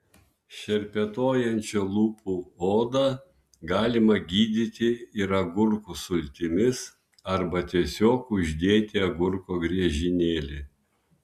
šerpetojančią lūpų odą galima gydyti ir agurkų sultimis arba tiesiog uždėti agurko griežinėlį